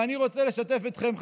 ואני רוצה לשתף אתכם,